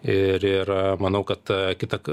ir ir manau kad ta kita